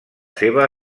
seva